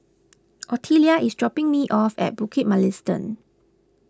Ottilia is dropping me off at Bukit Mugliston